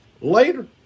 later